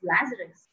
Lazarus